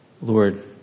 Lord